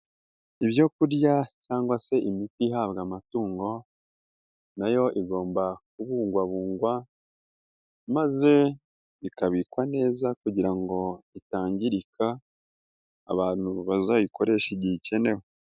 Ibyo kurya cyangwa se imiti ihabwa amatungo na yo igomba kubungwabungwa maze ikabikwa neza kugira ngo itangirika abantu bazayikoresha igihe ikenewe.